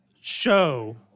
show